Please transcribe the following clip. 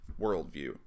worldview